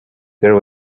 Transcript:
there